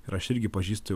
ir aš irgi pažįstu